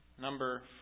Number